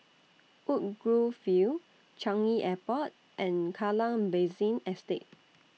Woodgrove View Changi Airport and Kallang Basin Estate